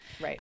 right